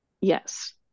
yes